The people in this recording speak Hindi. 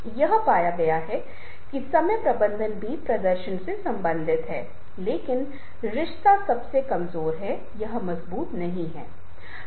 अब यहां एक बार फिर से यह है कि संदर्भ बदल जाता है यह एक तरीका है कि कालीपूजा को छोटे बच्चों के लिए समझा जा सकता है या जो भी यह सिर्फ एक विचार देने के लिए हो सकता है